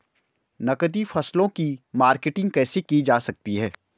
नकदी फसलों की मार्केटिंग कैसे की जा सकती है?